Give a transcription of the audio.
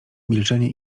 milczenie